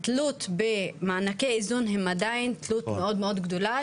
התלות במענקי איזון היא עדיין תלות מאוד גדולה,